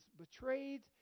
betrayed